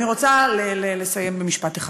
אני רוצה לסיים במשפט אחד.